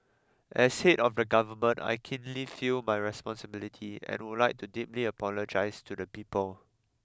as head of the government I keenly feel my responsibility and would like to deeply apologies to the people